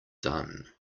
done